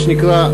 מה שנקרא,